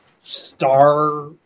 star